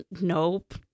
nope